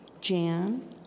Jan